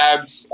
Abs